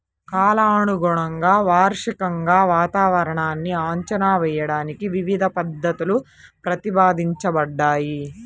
కాలానుగుణంగా, వార్షికంగా వాతావరణాన్ని అంచనా వేయడానికి వివిధ పద్ధతులు ప్రతిపాదించబడ్డాయి